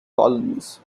colonies